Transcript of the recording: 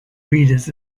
breeders